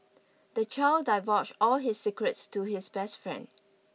the child divulged all his secrets to his best friend